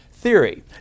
theory